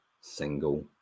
single